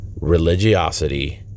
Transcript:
Religiosity